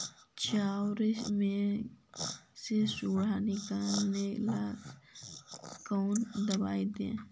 चाउर में से सुंडी निकले ला कौन दवाई दी?